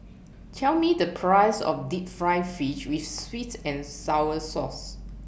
Tell Me The Price of Deep Fried Fish with Sweet and Sour Sauce